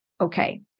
okay